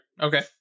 okay